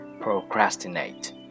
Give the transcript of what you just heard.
procrastinate